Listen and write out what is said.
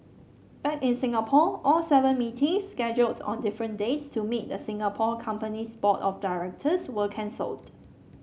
back in Singapore all seven meetings scheduled on different dates to meet the Singapore company's board of directors were cancelled